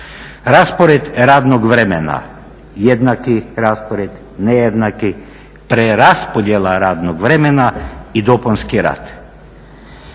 Raspored radnog vremena. Jednaki raspored, nejednaki, preraspodjela radnog vremena i dopunski rad.